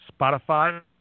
Spotify